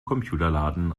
computerladen